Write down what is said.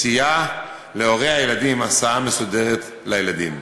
מציעה להורי הילדים הסעה מסודרת לילדים.